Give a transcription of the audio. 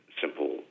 simple